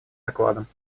докладом